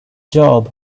job